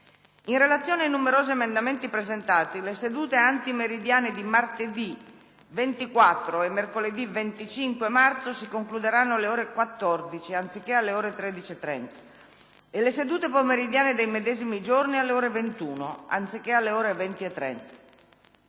In relazione ai numerosi emendamenti presentati, le sedute antimeridiane di martedì 24 e mercoledì 25 marzo si concluderanno alle ore 14, anziché alle ore 13,30 e le sedute pomeridiane dei medesimi giorni alle ore 21, anziché alle ore 20,30.